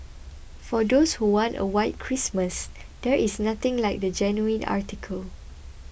for those who want a white Christmas there is nothing like the genuine article